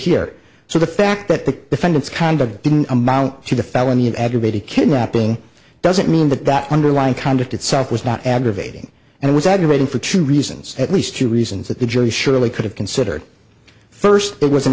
here so the fact that the defendant's conduct didn't amount to the felony of aggravated kidnapping doesn't mean that that underlying conduct itself was not aggravating and it was aggravating for two reasons at least two reasons that the jury surely could have considered first there was an